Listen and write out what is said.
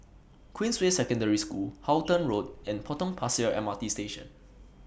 Queensway Secondary School Halton Road and Potong Pasir M R T Station